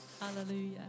Hallelujah